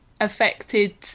affected